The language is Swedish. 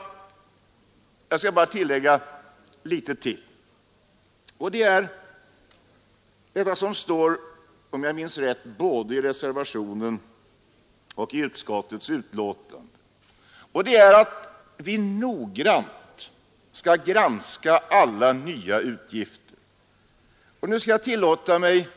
Sedan skall jag också säga några ord om det som vi är ense om nämligen att vi noggrant skall granska alla nya utgifter. Och nu skall jag tillåta mig